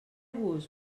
vos